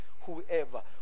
whoever